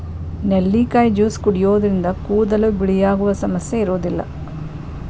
ನೆಲ್ಲಿಕಾಯಿ ಜ್ಯೂಸ್ ಕುಡಿಯೋದ್ರಿಂದ ಕೂದಲು ಬಿಳಿಯಾಗುವ ಸಮಸ್ಯೆ ಇರೋದಿಲ್ಲ